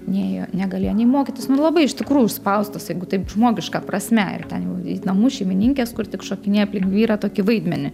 nėjo negalėjo nei mokytis labai iš tikrųjų užspaustos jeigu taip žmogiška prasme ir ten jau namų šeimininkės kur tik šokinėja aplink vyrą tokį vaidmenį